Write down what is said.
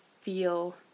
feel